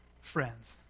friends